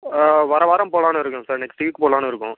வர்ற வாரம் போகலான்னு இருக்கேன் சார் நெக்ஸ்ட்டு வீக் போகலான்னு இருக்கோம்